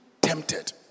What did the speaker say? tempted